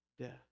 death